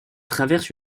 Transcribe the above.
traverse